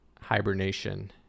hibernation